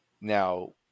now